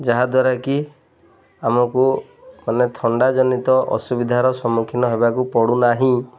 ଯାହାଦ୍ୱାରା କିି ଆମକୁ ମାନେ ଥଣ୍ଡାଜନିତ ଅସୁବିଧାର ସମ୍ମୁଖୀନ ହେବାକୁ ପଡ଼ୁନାହିଁ